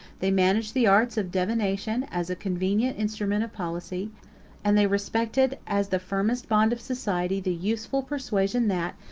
they managed the arts of divination as a convenient instrument of policy and they respected, as the firmest bond of society, the useful persuasion, that,